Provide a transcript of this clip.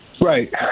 Right